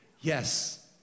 Yes